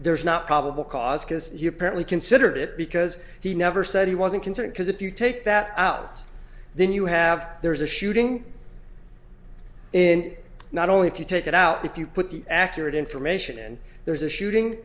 there is not probable cause because he apparently considered it because he never said he wasn't concerned because if you take that out then you have there is a shooting in not only if you take it out if you put the accurate information in there is a shooting